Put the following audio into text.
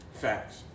Facts